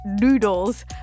noodles